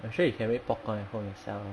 actually you make popcorn at home yourself